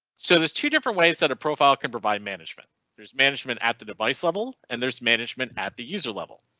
so there's two different ways that a profile can provide management there's management at the device level and there's management at the user level.